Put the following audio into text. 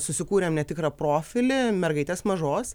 susikūrėm netikrą profilį mergaites mažos